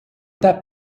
that